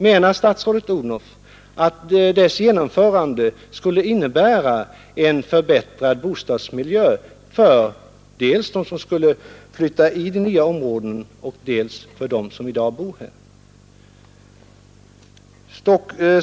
Menar statsrådet Odhnoff att genomförandet av den sistnämnda planen skulle innebära en förbättrad bostadsmiljö dels för dem som skulle flytta in i de nya områdena, dels för dem som i dag bor här?